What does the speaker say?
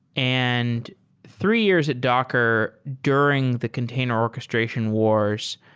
and three years at docker during the container orches tration wars,